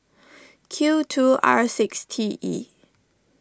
Q two R six T E